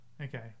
Okay